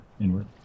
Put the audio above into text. inward